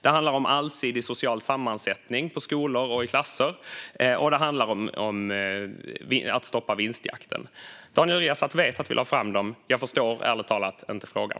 Det handlade om allsidig social sammansättning för skolor och i klasser, och det handlade om att stoppa vinstjakten. Daniel Riazat vet att vi lade fram förslagen. Jag förstår ärligt talat inte frågan.